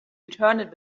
returned